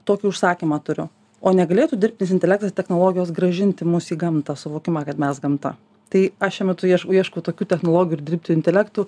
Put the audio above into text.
tokį užsakymą turiu o negalėtų dirbtinis intelektas technologijos grąžinti mus į gamtą suvokimą kad mes gamta tai aš šiuo metu ieškau ieškau tokių technologijų ir dirbtinių intelektų